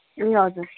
ए हजुर